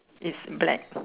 is black